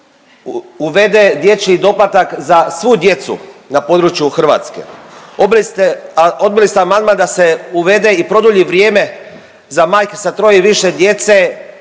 uvede dječji doplatak za svu djecu na području Hrvatske, odbili ste amandman da se uvede i produlji vrijeme za majke sa troje i više djece